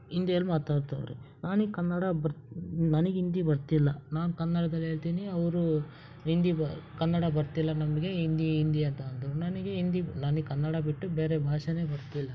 ಹಿಂದಿಯಲ್ ಮಾತಾಡ್ತವ್ರೆ ನನಗ್ ಕನ್ನಡ ಬರ್ ನನಗ್ ಹಿಂದಿ ಬರ್ತಿಲ್ಲ ನಾನು ಕನ್ನಡ್ದಲ್ಲಿ ಹೇಳ್ತೀನಿ ಅವರು ಹಿಂದಿ ಬ ಕನ್ನಡ ಬರ್ತಿಲ್ಲ ನಮಗೆ ಹಿಂದಿ ಹಿಂದಿ ಅಂತ ಅಂದರು ನನಗೆ ಹಿಂದಿ ನನಗ್ ಕನ್ನಡ ಬಿಟ್ಟು ಬೇರೆ ಭಾಷೆನೇ ಬರ್ತಿಲ್ಲ